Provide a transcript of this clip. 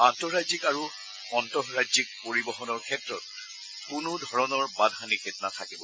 অন্তঃৰাজ্যিক আৰু আন্তঃৰাজ্যিক পৰিবহনৰ ক্ষেত্ৰত কোনো ধৰণৰ বাধা নিষেধ নাথাকিব